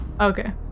okay